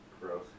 Gross